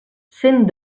cent